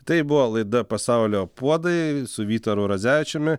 tai buvo laida pasaulio puodai su vytaru radzevičiumi